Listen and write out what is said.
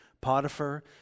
Potiphar